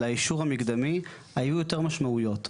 לאישור המקדמי היו יותר משמעויות.